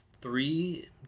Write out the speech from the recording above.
three